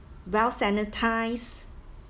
well sanitised